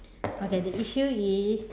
okay the issue is